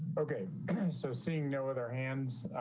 okay so seeing know that our hands,